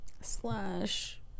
slash